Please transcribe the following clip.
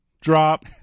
drop